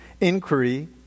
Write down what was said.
inquiry